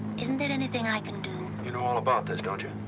isn't there anything i can do? you know all about this, don't you?